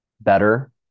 better